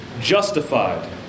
Justified